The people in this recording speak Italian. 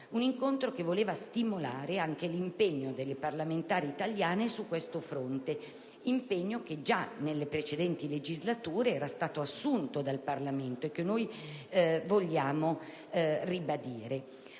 ONDA, che voleva stimolare anche l'impegno delle parlamentari italiane su questo fronte. È un impegno che già nelle precedenti legislature era stato assunto dal Parlamento e che noi vogliamo ribadire.